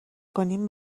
کنیم